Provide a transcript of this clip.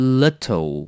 little